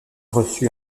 reçu